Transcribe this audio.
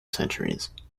centuries